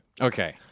Okay